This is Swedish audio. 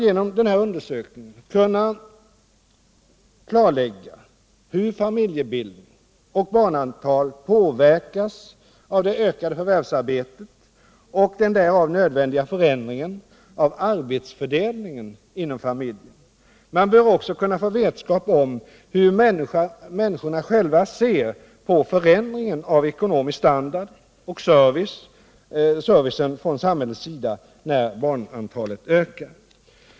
Genom undersökningen bör man kunna klarlägga hur familjebildning och barnantal påverkas av det ökande förvärvsarbetet och den därav nödvändiga förändringen av arbetsfördelningen inom familjen. Man bör också kunna få vetskap om hur människor själva ser på förändringen av ekonomisk standard och servicen från samhällets sida när barnantalet ökar.